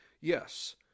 Yes